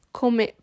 come